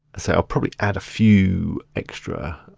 say i'll probably add a few extra